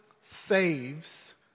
saves